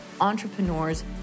entrepreneurs